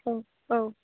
औ औ